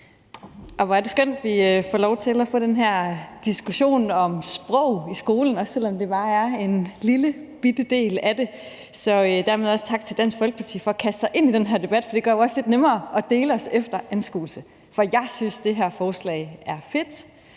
Hvor det skønt, at vi får lov til at få den her diskussion om sprog i skolen, også selv om det bare drejer sig om en lillebitte del af det. Så dermed også tak til Dansk Folkeparti for at kaste sig ind i den her debat, for det gør det jo også lidt nemmere at dele os efter anskuelse. For jeg synes, det her forslag er fedt.